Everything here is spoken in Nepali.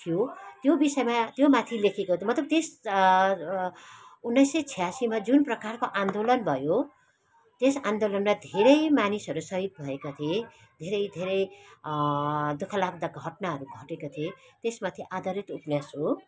थियो त्यो विषयमा त्योमाथि लेखिएको मतलब त्यस उन्नाइस सय छ्यासीमा जुन प्रकारको आन्दोलन भयो त्यस आन्दोलनमा धेरै मानिसहरू सहिद भएका थिए धेरै धेरै दुखःलाग्दा घट्नाहरू घटेका थिए त्यसमाथि आधारित उपन्यास हो